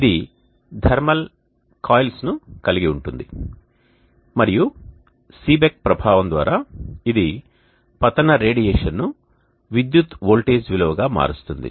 ఇది thermal coils ను కలిగి ఉంటుంది మరియు సీబెక్ ప్రభావం ద్వారా ఇది పతన రేడియేషన్ను విద్యుత్ వోల్టేజ్ విలువగా మారుస్తుంది